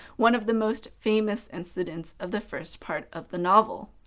one of the most famous incidents of the first part of the novel.